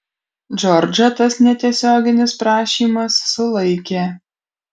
džordžą tas netiesioginis prašymas sulaikė